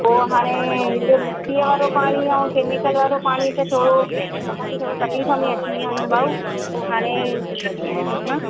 पोइ हाणे एॾो मिटी वारो पाणी ऐं केमिकल वारो पाणी खे थोरो असां बि थोरो तकलीफ़ु में अची विया आहियूं भाऊ पोइ हाणे छा कयूं असां